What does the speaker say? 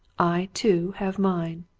i, too, have mine.